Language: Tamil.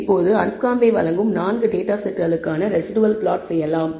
இப்போது அன்ஸ்காம்ப் வழங்கும் 4 டேட்டா செட்களுக்கான ரெஸிடுவல் பிளாட் செய்யலாம்